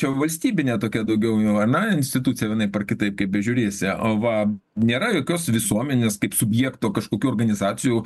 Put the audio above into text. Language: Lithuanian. čia jau valstybinė tokia daugiau jau ane institucija vienaip ar kitaip kaip bežiūrėsi va nėra jokios visuomenės kaip subjekto kažkokių organizacijų